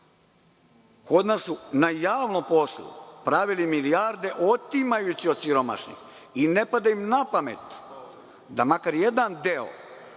Kod nas su na javnom poslu pravili milijarde otimajući od siromašnih i ne pada im na pamet da makar jedan deo